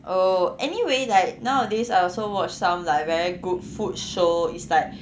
oh anyway like nowadays I also watch some like very good food show it's like